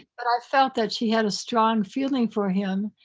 but i felt that she had a strong feeling for him.